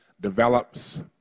develops